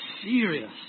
serious